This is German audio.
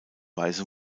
weise